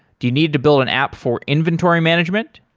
do you need to build an app for inventory management?